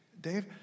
Dave